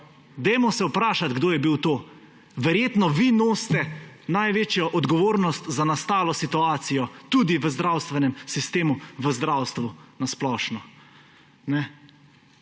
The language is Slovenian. Vprašajmo se, kdo je bil to. Verjetno vi nosite največjo odgovornost za nastalo situacijo tudi v zdravstvenem sistemu, v zdravstvu na splošno.